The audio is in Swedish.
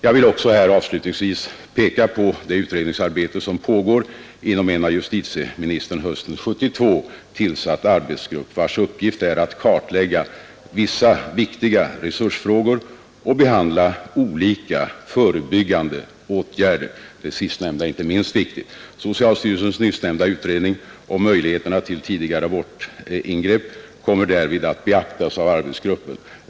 Jag vill avslutningsvis också peka på det utredningsarbete som pågår inom en av justitieministern hösten 1972 tillsatt arbetsgrupp, vars uppgift är att klarlägga vissa viktiga resursfrågor och behandla olika förebyggande åtgärder — det sista är inte minst viktigt. Socialstyrelsens nyssnämnda utredningar om möjligheterna till tidigare abortingrepp kommer därvid att beaktas av arbetsgruppen.